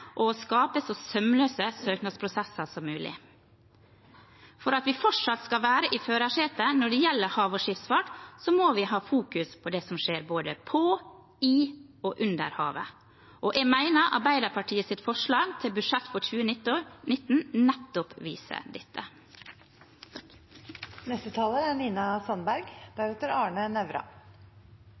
å skape så sømløse søknadsprosesser som mulig. For at vi fortsatt skal være i førersetet når det gjelder hav og skipsfart, må vi fokusere på det som skjer både på, i og under havet, og jeg mener Arbeiderpartiets forslag til budsjett for 2019 nettopp viser dette. Forskning er